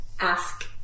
ask